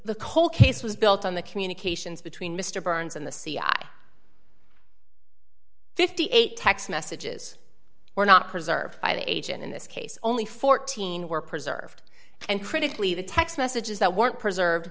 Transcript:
the whole case was built on the communications between mr burns and the c i fifty eight text messages were not preserved by the agent in this case only fourteen were preserved and critically the text messages that weren't preserved